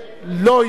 לא נתקבלה.